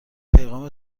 پیغام